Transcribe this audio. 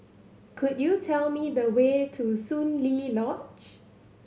could you tell me the way to Soon Lee Lodge